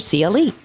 CLE